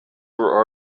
were